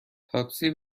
تاکسی